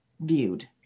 viewed